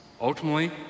Ultimately